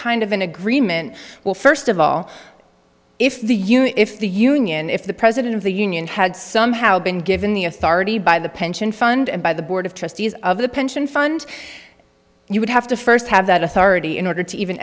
kind of an agreement well first of all if the union if the union if the president of the union had somehow been given the authority by the pension fund and by the board of trustees of the pension fund you would have to first have that authority in order to even